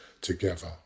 together